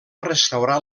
restaurar